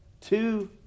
Two